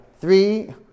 three